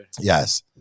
Yes